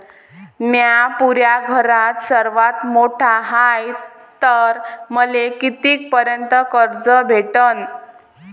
म्या पुऱ्या घरात सर्वांत मोठा हाय तर मले किती पर्यंत कर्ज भेटन?